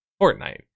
Fortnite